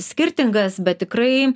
skirtingas bet tikrai